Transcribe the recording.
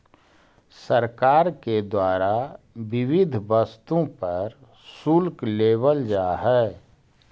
सरकार के द्वारा विविध वस्तु पर शुल्क लेवल जा हई